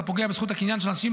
אתה פוגע בזכות הקניין של אנשים,